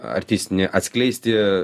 artistinį atskleisti